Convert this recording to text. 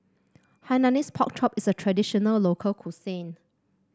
Hainanese Pork Chop is a traditional local cuisine